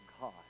God